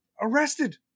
arrested